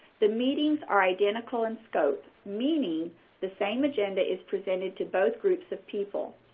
the meetings are identical in scope, meaning the same agenda is presented to both groups of people.